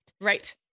Right